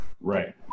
Right